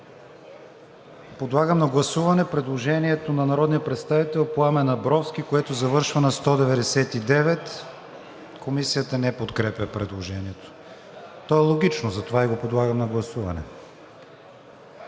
Подлагам на гласуване предложението на народния представител Пламен Абровски, което завърша на 199. Комисията не подкрепя предложението. Започва на 8 страница и продължава на 9. Гласували